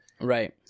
Right